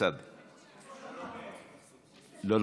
ביקשתי לדבר שלוש דקות, לא,